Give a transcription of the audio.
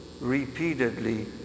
repeatedly